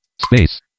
Space